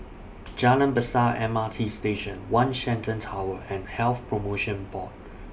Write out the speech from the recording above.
Jalan Besar M R T Station one Shenton Tower and Health promotion Board